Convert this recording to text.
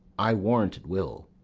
i warr'nt it will.